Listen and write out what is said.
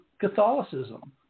Catholicism